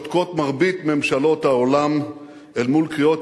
שותקות מרבית ממשלות העולם אל מול קריאות